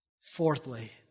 Fourthly